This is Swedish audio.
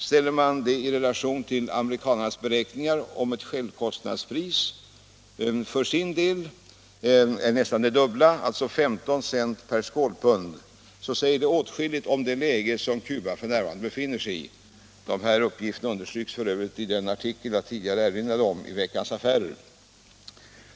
Ställer man detta i relation till amerikanarnas beräkningar att ett självkostnadspris för deras del är nästan det dubbla — 15 cent per skålpund — säger det oss åtskilligt om det läge som Cuba f. n. befinner sig i. Dessa uppgifter understryks f. ö. i den artikel i Veckans Affärer som jag tidigare erinrade om.